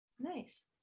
Nice